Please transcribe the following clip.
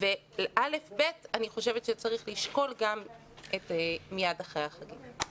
כיתות א'-ב' אני חושבת שצריך לשקול גם לאפשר להם ללמוד מיד אחרי החגים.